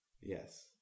yes